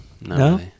No